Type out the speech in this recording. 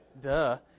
Duh